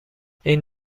این